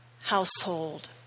household